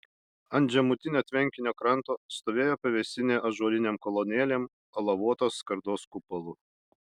ant žemutinio tvenkinio kranto stovėjo pavėsinė ąžuolinėm kolonėlėm alavuotos skardos kupolu